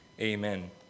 Amen